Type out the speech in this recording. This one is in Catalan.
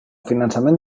finançament